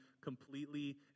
completely